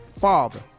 father